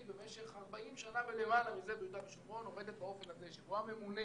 בהמשך 40 שנה ולמעלה מזה ביהודה ושומרון עובדת באופן הזה שבו הממונה